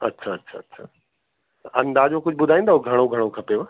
अच्छा अच्छा अच्छा अंदाज कुझु ॿुधाईंदो घणो घणो खपेव